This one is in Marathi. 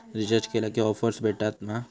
रिचार्ज केला की ऑफर्स भेटात मा?